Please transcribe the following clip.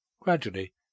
Gradually